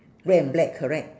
red and black correct